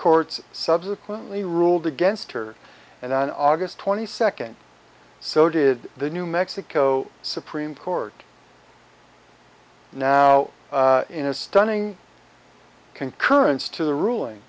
courts subsequently ruled against her and on august twenty second so did the new mexico supreme court now in a stunning concurrence to the ruling